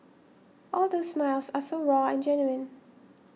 all those smiles are so raw and genuine